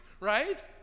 right